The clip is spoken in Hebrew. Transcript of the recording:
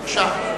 בבקשה.